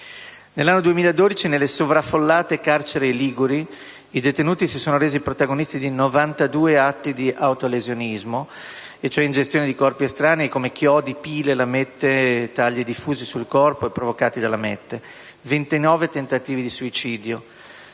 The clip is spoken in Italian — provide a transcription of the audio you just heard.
Nell'anno 2012, nelle sovraffollate carceri liguri, i detenuti si sono resi protagonisti di 92 atti di autolesionismo (e cioè ingestione di corpi estranei come chiodi, pile, lamette; tagli diffusi sul corpo e provocati da lamette) e 29 tentativi di suicidio.